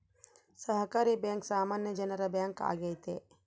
ಸಹಕಾರಿ ಬ್ಯಾಂಕ್ ಸಾಮಾನ್ಯ ಜನರ ಬ್ಯಾಂಕ್ ಆಗೈತೆ